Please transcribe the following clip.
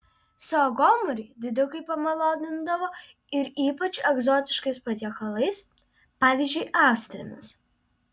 savo gomurį didikai pamalonindavo ir ypač egzotiškais patiekalais pavyzdžiui austrėmis